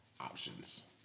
options